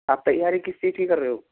आप तैयारी किस चीज़ की कर रहे हो